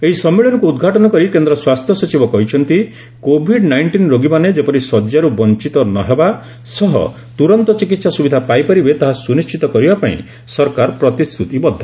ଏହି ସମ୍ମିଳନୀକୁ ଉଦ୍ଘାଟନ କରି କେନ୍ଦ୍ର ସ୍ୱାସ୍ଥ୍ୟ ସଚିବ କହିଛନ୍ତି କୋଭିଡ ନାଇଷ୍ଟିନ୍ ରୋଗୀମାନେ ଯେପରି ଶଯ୍ୟାରୁ ବଞ୍ଚ୍ଚତ ନହେବା ସହ ତୁରନ୍ତ ଚିକିତ୍ସା ସୁବିଧା ପାଇପାରିବେ ତାହା ସୁନିଣ୍ଟିତ କରିବା ପାଇଁ ସରକାର ପ୍ରତିଶ୍ରତିବଦ୍ଧ